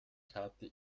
karte